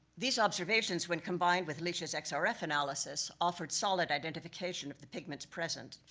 these observations, when combined with lisha's and xrf analysis, offered solid identification of the pigments present.